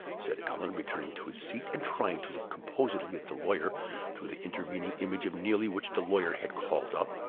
said allan, returning to his seat, and trying to look composedly at the lawyer through the intervening image of neelie which the lawyer had called up.